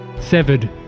severed